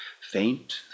Faint